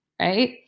Right